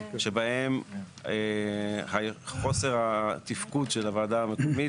שבהם חוסר התפקוד של הוועדה המקומית,